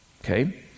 Okay